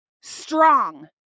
strong